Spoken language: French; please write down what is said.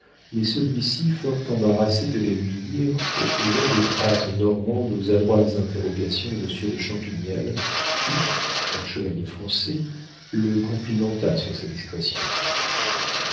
mais celui-ci fort embarrassé de les lui dire opposa des phrases normandes aux adroites interrogations de monsieur de champignelles qui en chevalier français le complimenta sur sa discrétion